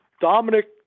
Dominic